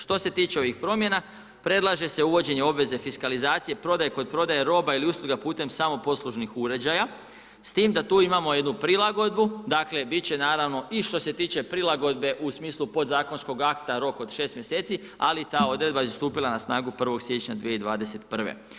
Što se tiče ovih promjena, predlaže se uvođenje obveze fiskalizacije, prodaje kod prodaje roba ili usluga putem samoposlužnih uređaja s tim da tu imamo jednu prilagodbu, dakle biti će naravno i što se tiče prilagodbe u smislu podzakonskog akta rok od 6 mjeseci, ali ta odredba je stupila na snagu 1. siječnja 2021.